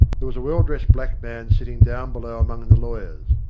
there was a well-dressed black man sitting down below among the lawyers.